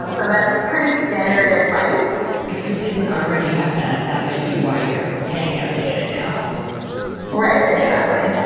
um so that's pretty standard advice if you didn't already have that, that might be why you're heading out to get it now right. exactly